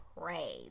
pray